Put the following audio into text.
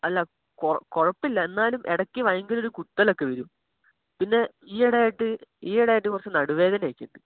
അല്ല കുഴപ്പമില്ല എന്നാലും ഇടയ്ക്ക് ഭയങ്കര ഒരു കുത്തലൊക്കെ വരും പിന്നെ ഈ ഇടെ ആയിട്ട് ഈ ഇടെ ആയിട്ട് കുറച്ച് നടുവേദനയൊക്കെ ഉണ്ട്